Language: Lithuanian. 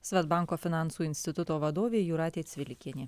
svedbanko finansų instituto vadovė jūratė cvilikienė